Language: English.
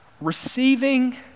receiving